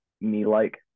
me-like